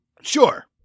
Sure